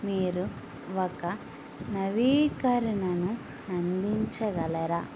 మీరు ఒక నవీకరణను అందించగలరా